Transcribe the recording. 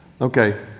Okay